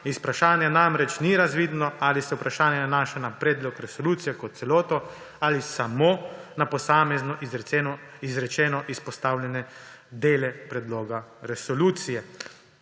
Iz vprašanja namreč ni razvidno, ali se vprašanje nanaša na predlog resolucije kot celoto ali samo na posamezno izrečene izpostavljene dele predloga resolucije.